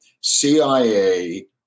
CIA